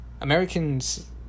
Americans